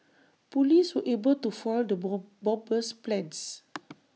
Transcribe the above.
Police were able to foil the ball bomber's plans